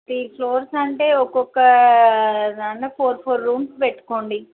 three floors అంటే ఒక్కొక్క దాంట్లో ఫోర్ ఫోర్ రూమ్స్ పెట్టుకోండీ